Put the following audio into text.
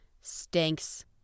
Stinks